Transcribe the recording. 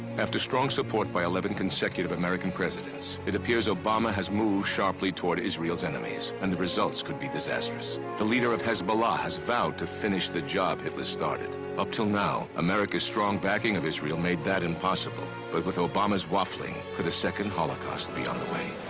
after strong support by eleven consecutive american presidents, it appears obama has moved sharply towards israelis enemies. and the results could be disastrous. the leader of hezbollah has vowed to finish the job hitler started. up till now, americais strong backing of israel made that impossible. but with obamais waffling, can a second holocaust be on the way?